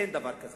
אין דבר כזה.